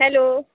hello